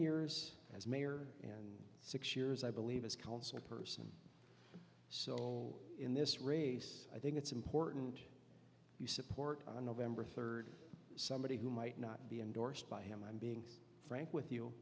years as mayor and six years i believe his council person so in this race i think it's important you support on november third somebody who might not be endorsed by him i'm being frank with you